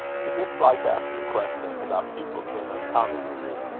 he disliked asking questions about people to an uncommon degree,